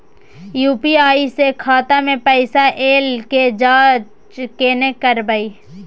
UPI स खाता मे पैसा ऐल के जाँच केने करबै?